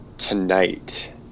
Tonight